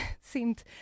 seemed